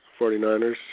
49ers